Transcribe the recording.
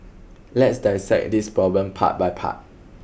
let's dissect this problem part by part